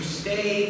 stay